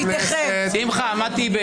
שמחה, עמדתי?